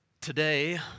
Today